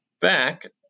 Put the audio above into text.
back